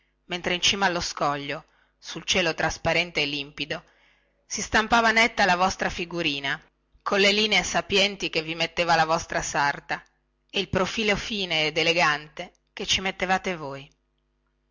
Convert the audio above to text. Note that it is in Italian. e in cima allo scoglio sul cielo trasparente e limpido si stampava netta la vostra figurina colle linee sapienti che vi metteva la vostra sarta e il profilo fine ed elegante che ci mettevate voi